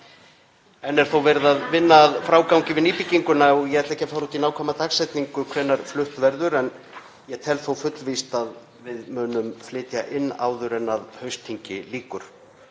Enn er þó verið að vinna að frágangi við nýbygginguna og ég ætla því ekki að fara með nákvæma dagsetningu á því hvenær flutt verður. Ég tel þó fullvíst að við munum flytja inn áður en haustþingi lýkur.